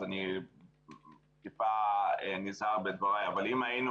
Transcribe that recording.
אז אני טיפה ניזהר בדבריי אבל אם היינו